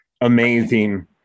amazing